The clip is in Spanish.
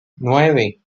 nueve